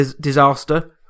disaster